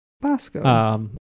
Bosco